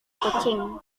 kucing